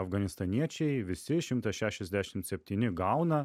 afganistaniečiai visi šimtas šešiasdešimt septyni gauna